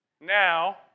now